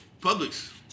Publix